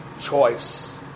choice